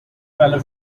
fellow